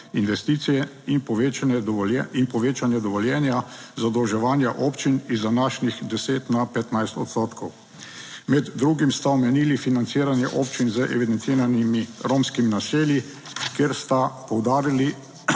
dovoljenj, in povečanje dovoljenja zadolževanja občin iz današnjih 10 na 15 odstotkov. Med drugim sta omenili financiranje občin z evidentiranimi romskimi naselji, kjer sta poudarili,